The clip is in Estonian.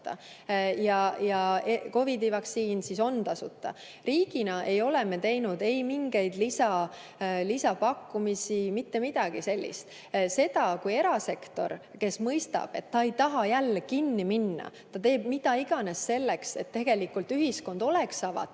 aga COVID‑i vaktsiin on tasuta. Riigina ei ole me teinud mingeid lisapakkumisi, mitte midagi sellist. Seda, kui erasektor, kes mõistab, et ta ei taha jälle kinni minna, ja teeb mida iganes selleks, et ühiskond oleks avatud,